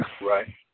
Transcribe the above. Right